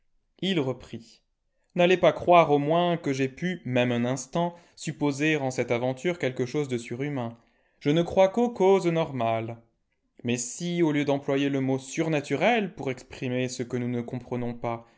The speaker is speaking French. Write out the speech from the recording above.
il reprit n'allez pas croire au moins que j'aie pu même un instant supposer en cette aventure quelque chose de surhumain je ne crois qu'aux causes normales mais si au lieu d'employer le mot surnaturel pour exprimer ce que nous ne comprenons pas